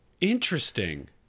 Interesting